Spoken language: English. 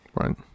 right